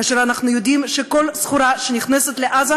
כאשר אנחנו יודעים שכל סחורה שנכנסת לעזה,